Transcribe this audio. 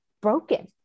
broken